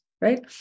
Right